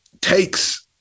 takes